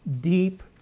deep